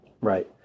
Right